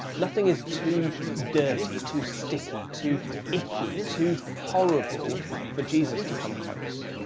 nothing is too dirty, too sticky, too icky, too horrible for jesus to come close.